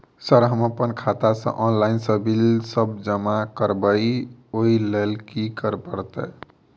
Sir हम अप्पन खाता सऽ ऑनलाइन सऽ बिल सब जमा करबैई ओई लैल की करऽ परतै?